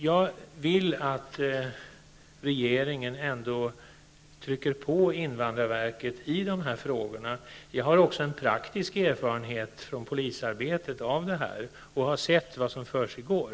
Jag vill att regeringen trycker på invandrarverket i dessa frågor. Jag har också en praktisk erfarenhet från polisarbetet, och jag har sett vad som försiggår.